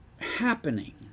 happening